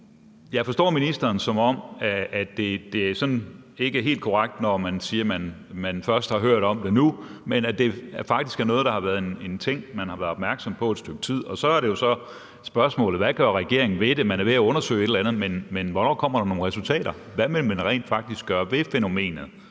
Jeg forstår ministeren, som om det ikke er helt korrekt, når man siger, at man først har hørt om det nu, men at det faktisk er en ting, man har været opmærksom på et stykke tid. Så er det jo så spørgsmålet: Hvad gør regeringen ved det? Man er ved at undersøge et eller andet, men hvornår kommer der nogle resultater? Hvad vil man rent faktisk gøre ved fænomenet?